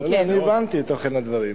לא, לא, אני הבנתי את תוכן הדברים.